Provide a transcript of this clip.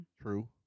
True